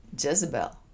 Jezebel